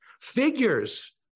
Figures